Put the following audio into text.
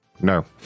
no